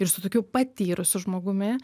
ir su tokiu patyrusiu žmogumi